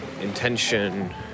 intention